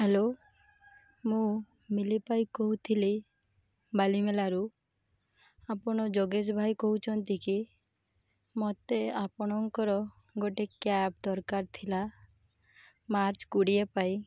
hello ମୁଁ ମିଲିପାଇ କହୁଥିଲି ବାଲିମେଳାରୁ ଆପଣ ଯୋଗେଶ ଭାଇ କହୁଛନ୍ତି କି ମୋତେ ଆପଣଙ୍କର ଗୋଟେ କ୍ୟାବ୍ ଦରକାର ଥିଲା ମାର୍ଚ୍ଚ କୋଡ଼ିଏ ପାଇଁ